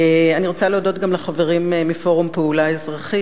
אני רוצה להודות גם לחברים מ"פורום פעולה אזרחית".